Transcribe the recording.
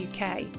UK